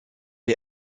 est